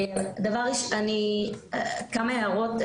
כמה הערות,